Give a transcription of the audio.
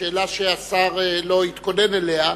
בשאלה שהשר לא התכונן אליה,